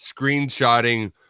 screenshotting